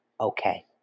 okay